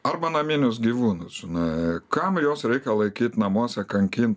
arba naminius gyvūnus žinai kam juos reikia laikyt namuose kankin